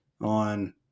on